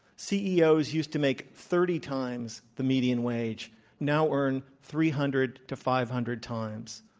ceos used to make thirty times the median wage now earn three hundred to five hundred times.